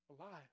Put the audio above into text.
Alive